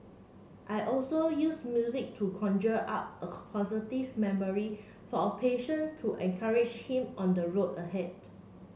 I also use music to conjure up a positive memory for a patient to encourage him on the road ahead